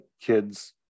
kids